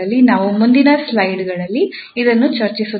ನಾವು ಮುಂದಿನ ಸ್ಲೈಡ್ಗಳಲ್ಲಿ ಇದನ್ನು ಚರ್ಚಿಸುತ್ತೇವೆ